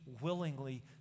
willingly